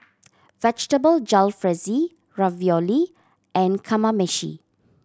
Vegetable Jalfrezi Ravioli and Kamameshi